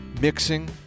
mixing